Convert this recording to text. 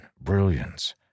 brilliance